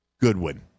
Goodwin